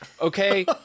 Okay